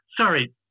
Sorry